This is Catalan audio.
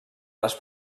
les